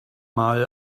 mal